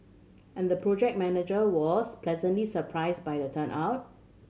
and the project manager was pleasantly surprised by the turnout